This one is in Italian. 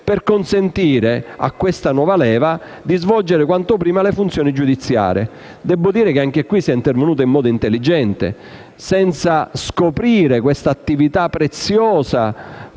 per consentire alle nuove leve di svolgere quanto prima la funzione giudiziaria. Devo dire che anche in questo caso si è intervenuti in modo intelligente, senza lasciare scoperta questa attività preziosa